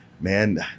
man